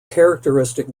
characteristic